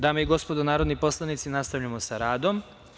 Dame i gospodo narodni poslanici, nastavljamo sa radom.